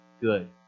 good